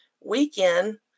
weekend